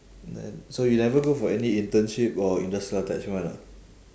then so you never go for any internship or industrial attachment ah